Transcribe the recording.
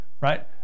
right